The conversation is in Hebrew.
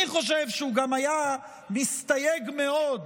אני חושב שגם הוא היה מסתייג מאוד